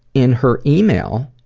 in her email.